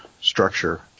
structure